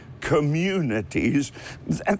communities